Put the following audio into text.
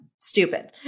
stupid